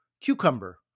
cucumber